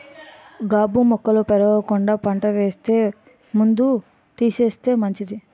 గాబు మొక్కలు పెరగకుండా పంట వేసే ముందు తీసేస్తే మంచిది